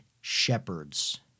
shepherds